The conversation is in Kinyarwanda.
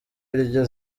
iryo